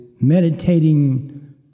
meditating